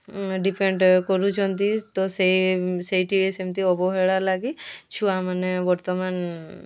depend କରୁଛନ୍ତି ତ ସେହି ସେଇଠି ସେମିତି ଅବହେଳା ଲାଗି ଛୁଆମାନେ ବର୍ତ୍ତମାନ